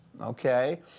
okay